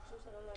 ביקשו לא להגיע.